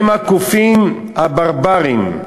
הם הקופים הברברים.